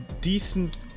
decent